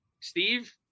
Steve